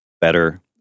better